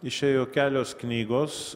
išėjo kelios knygos